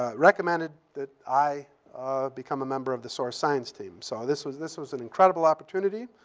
ah recommended that i become a member of the sorce science team. so this was this was an incredible opportunity.